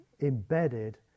embedded